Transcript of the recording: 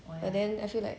and then I feel like